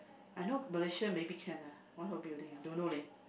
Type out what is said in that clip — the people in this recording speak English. I know Malaysia maybe can ah one whole building don't know leh